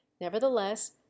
Nevertheless